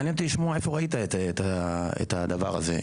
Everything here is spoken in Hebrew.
מעניין אותי לשמוע איפה ראית את הדבר הזה?